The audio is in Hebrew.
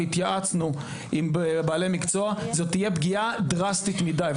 והתייעצנו עם בעלי מקצוע זו תהיה פגיעה דרסטית מידי.